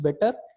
better